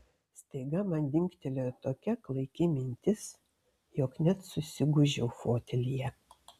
staiga man dingtelėjo tokia klaiki mintis jog net susigūžiau fotelyje